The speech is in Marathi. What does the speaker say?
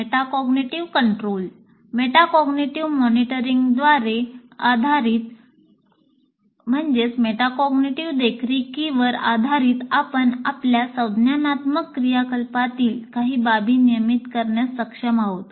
मेटाकॉग्निटीव्ह कंट्रोलः मेटाकॅग्निटिव्ह मॉनिटरिंगवर आधारित आपण आपल्या संज्ञानात्मक क्रियाकलापातील काही बाबी नियमित करण्यास सक्षम आहोत